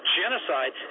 genocide